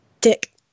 Dick